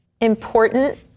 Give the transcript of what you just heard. important